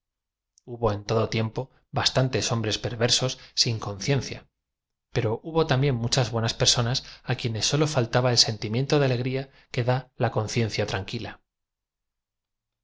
en todo tiempo bastantes hombres perversos sin con ciencia pero hubo también muchas buenas personas á quienes aólo faltaba e l sentimiento de alegría que da la conciencia tranquila